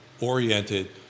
oriented